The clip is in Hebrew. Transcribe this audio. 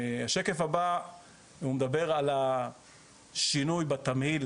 השקף הבא מדבר על השינוי בתמהיל